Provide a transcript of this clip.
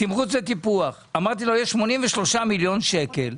בתמרוץ וטיפוח, יש 83 מיליון שקל.